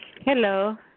Hello